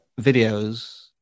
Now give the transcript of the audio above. videos